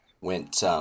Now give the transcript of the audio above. went